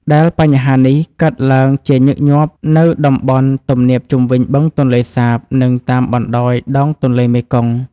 ដែលបញ្ហានេះកើតឡើងជាញឹកញាប់នៅតំបន់ទំនាបជុំវិញបឹងទន្លេសាប និងតាមបណ្តោយដងទន្លេមេគង្គ។